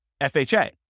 FHA